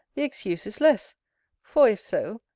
the excuse is less for if so,